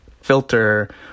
filter